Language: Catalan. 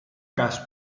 cas